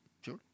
Sure